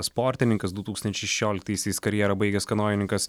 sportininkas du tūkstančiai šešioliktaisiais karjerą baigęs kanojininkas